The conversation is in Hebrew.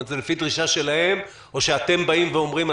זה לפי דרישה שלהם או שאתם באים ואומרים: